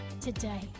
today